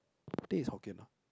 teh is Hokkien ah